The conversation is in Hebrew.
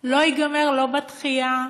לא ייגמר לא בדחייה,